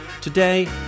Today